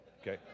Okay